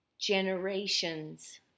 generations